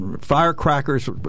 firecrackers